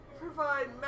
Provide